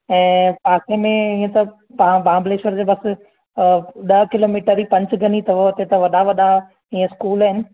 ऐं पासे में ईअं त तव्हां महाबलेश्वर जे बसि ॾह किलोमीटर ई पंचगनी अथव उते त वॾा वॾा ईअं स्कूल आहिनि